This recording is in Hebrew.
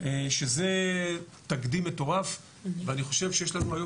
שזה תקדים מטורף ואני חושב שיש לנו היום